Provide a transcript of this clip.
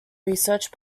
research